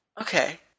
Okay